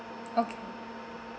okay